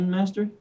Master